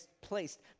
placed